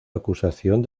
acusación